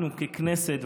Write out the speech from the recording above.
ככנסת,